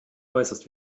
äußerst